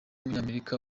w’umunyamerika